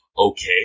Okay